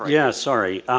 yeah, sorry,